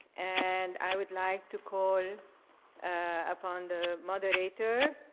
and i would like to call upon the moderator,